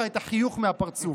אבל זה ימחק לך את החיוך מהפרצוף.